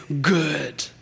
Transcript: good